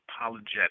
apologetic